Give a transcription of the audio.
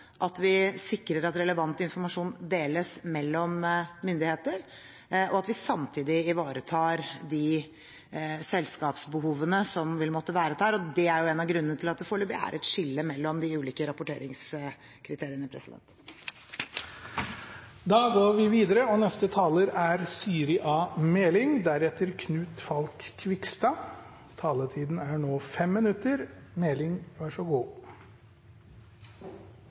at vi gjør det på en slik måte at vi sikrer at relevant informasjon deles mellom myndigheter, samtidig som vi ivaretar de selskapsbehovene som vil måtte være der. Det er også en av grunnene til at det foreløpig er et skille mellom de ulike rapporteringskriteriene.